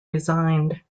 resigned